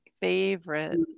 favorite